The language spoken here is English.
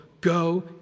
Go